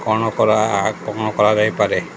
କ'ଣ କରା କ'ଣ କରାଯାଇପାରେ